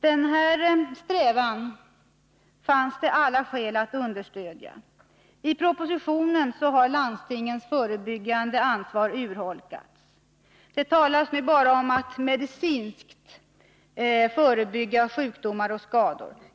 Den strävan fanns det alla skäl att understödja. I propositionen har landstingens förebyggande ansvar urholkats. Det talas nu bara om att medicinskt förebygga sjukdom och skador.